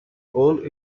old